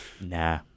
Nah